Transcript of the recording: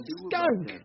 skunk